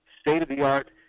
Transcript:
state-of-the-art